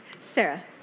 Sarah